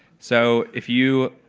so if you,